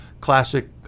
classic